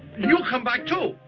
you come back, too.